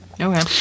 Okay